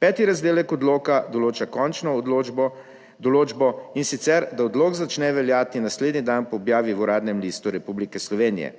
Peti razdelek odloka določa končno določbo, in sicer da odlok začne veljati naslednji dan po objavi v Uradnem listu Republike Slovenije.